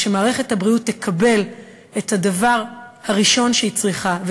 ושמערכת הבריאות תקבל את הדבר הראשון שהיא צריכה,